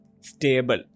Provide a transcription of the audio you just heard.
stable